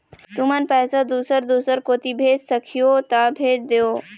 तुमन पैसा दूसर दूसर कोती भेज सखीहो ता भेज देवव?